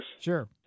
Sure